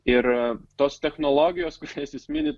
ir tos technologijos kurias jis mini